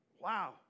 Wow